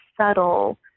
subtle